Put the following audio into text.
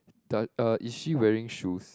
the uh is she wearing shoes